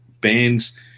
bands